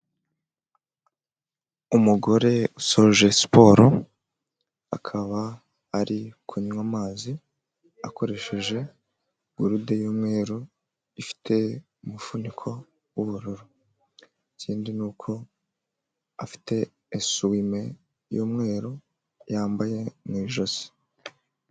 Umugore usoje siporo akaba ari kunywa amazi, akoresheje gurude y'umweru ifite umufuniko w'ubururu, ikindi ni uko afite esuwime y'umweru yambaye mu ijosi.